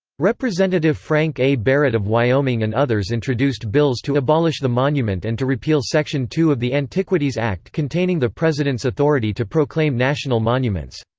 rep. frank a. barrett of wyoming and others introduced bills to abolish the monument and to repeal section two of the antiquities act containing the president's authority to proclaim national monuments.